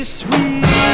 sweet